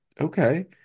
okay